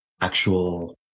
actual